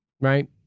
right